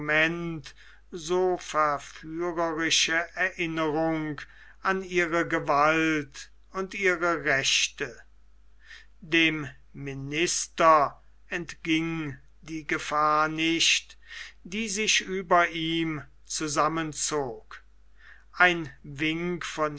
so verführerische erinnerung an ihre gewalt und ihre rechte dem minister entging die gefahr nicht die sich über ihm zusammenzog ein wink von